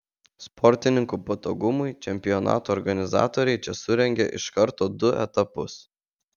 sportininkų patogumui čempionato organizatoriai čia surengė iš karto du etapus